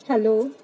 hello